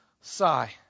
sigh